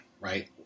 right